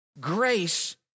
grace